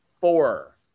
Four